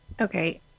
Okay